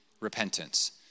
Repentance